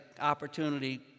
opportunity